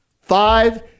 five